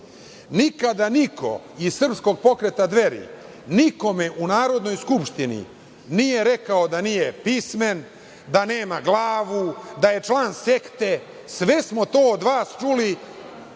oni. Nikada niko iz srpskog pokreta Dveri nikome u Narodnoj skupštini nije rekao da nije pismen, da nema glavu, da je član sekte, sve smo to od vas čuli.